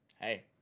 hey